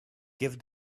give